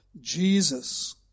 Jesus